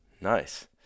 nice